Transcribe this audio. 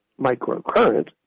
microcurrent